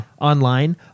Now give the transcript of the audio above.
online